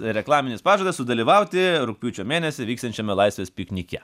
reklaminis pažadas sudalyvauti rugpjūčio mėnesį vyksiančiame laisvės piknike